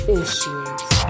issues